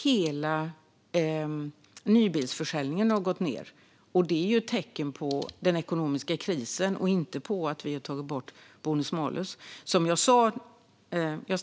Hela nybilsförsäljningen har gått ned. Det är ett tecken på den ekonomiska krisen och inte på att vi har tagit bort bonus malus.